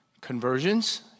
conversions